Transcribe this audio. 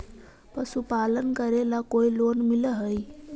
पशुपालन करेला कोई लोन मिल हइ?